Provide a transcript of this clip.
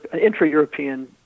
intra-European